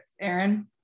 Aaron